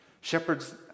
Shepherds